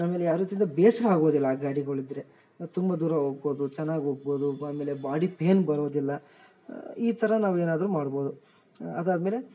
ಆಮೇಲೆ ಯಾವ ರೀತಿಯಿಂದ ಬೇಸರ ಆಗೋದಿಲ್ಲ ಆ ಗಾಡಿಗಳ್ ಇದ್ರೆ ತುಂಬ ದೂರ ಹೋಗ್ಬೋದು ಚೆನ್ನಾಗ್ ಹೋಗ್ಬೋದು ಆಮೇಲೆ ಬಾಡಿ ಪೈನ್ ಬರೋದಿಲ್ಲ ಈ ಥರ ನಾವು ಏನಾದರು ಮಾಡ್ಬೋದು ಅದಾದಮೇಲೆ